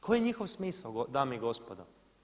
Koji je njihov smisao dame i gospodo?